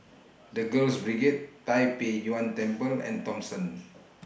The Girls Brigade Tai Pei Yuen Temple and Thomson